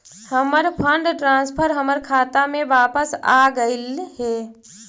हमर fund transfer हमर खाता में वापस आगईल हे